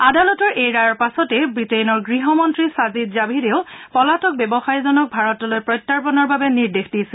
আদালতৰ এই ৰায়ৰ পাছতে ৱিটেইনৰ গৃহ মন্ত্ৰী ছাজিদ জাভিদেও পলাতক ব্যৱসায়ীজনক ভাৰতলৈ প্ৰত্যাৰ্গণৰ বাবে নিৰ্দেশ দিছিল